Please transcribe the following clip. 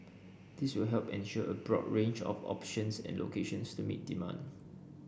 this will help ensure a broad range of options and locations to meet demand